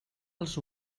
els